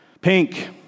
Pink